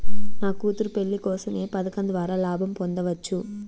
నా కూతురు పెళ్లి కోసం ఏ పథకం ద్వారా లాభం పొందవచ్చు?